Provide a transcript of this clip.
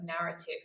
narrative